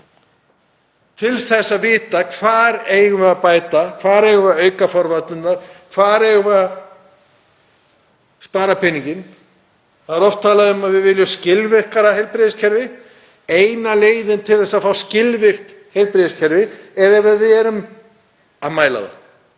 til þess að vita: Hvað eigum við að bæta? Hvar eigum við að auka forvarnirnar? Hvar eigum við að spara peninginn? Oft er talað um að við viljum skilvirkara heilbrigðiskerfi. Eina leiðin til að fá skilvirkt heilbrigðiskerfið er ef við mælum það.